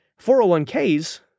401ks